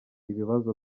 ibibazo